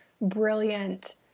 brilliant